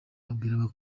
abwira